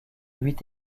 huit